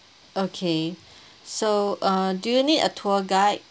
okay so uh do you need a tour guide